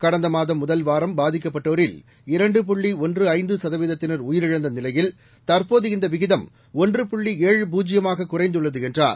கடந்த மாதம் முதல்வாரம் பாதிக்கப்பட்டோரில் இரண்டு புள்ளி ஒன்று ஐந்து சதவீதத்தினர் உயிரிழந்த நிலையில் தற்போது இந்த விகிதம் ஒன்று புள்ளி ஏழு பூஜ்யமாக குறைந்துள்ளது என்றார்